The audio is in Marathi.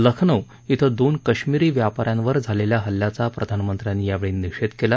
लखनऊ धिं दोन काश्मिरी व्यापाऱ्यांवर झालेल्या हल्ल्याचा प्रधानमंत्र्यांनी यावेळी निषेध केला